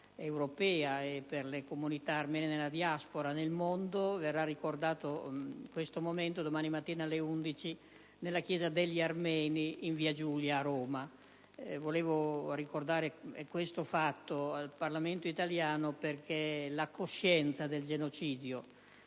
europea e per le comunità armene della diaspora nel mondo. Questo momento verrà ricordato domani mattina alle 11, nella chiesa degli armeni in via Giulia a Roma, Volevo ricordare questo evento al Parlamento italiano perché la coscienza del genocidio